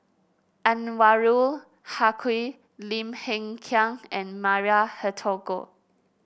Anwarul Haque Lim Hng Kiang and Maria Hertogh